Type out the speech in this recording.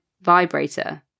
vibrator